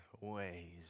ways